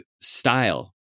style